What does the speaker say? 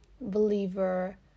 believer